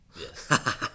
Yes